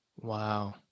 wow